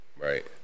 Right